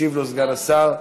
וישיב לו סגן השר אורן.